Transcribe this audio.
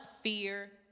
fear